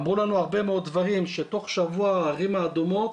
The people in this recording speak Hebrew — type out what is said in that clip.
אמרו לנו הרבה מאוד דברים שתוך שבוע הערים האדומות